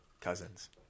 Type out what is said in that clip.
Cousins